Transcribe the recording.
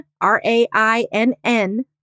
R-A-I-N-N